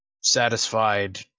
satisfied